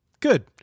good